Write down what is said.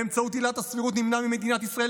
באמצעות עילת הסבירות נמנע ממדינת ישראל